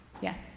Yes